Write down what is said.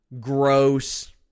gross